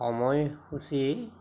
সময়সূচী